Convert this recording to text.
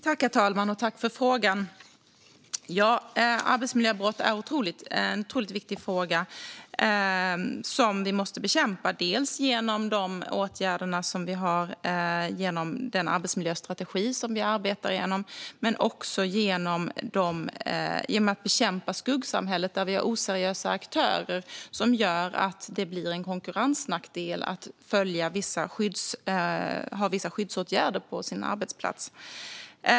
Herr talman! Arbetsmiljöbrott är en otroligt viktig fråga som vi måste bekämpa dels genom åtgärderna i den arbetsmiljöstrategi vi arbetar efter, dels genom att bekämpa skuggsamhället, där det finns oseriösa aktörer som gör att det blir en konkurrensnackdel att ha vissa skyddsåtgärder på arbetsplatsen.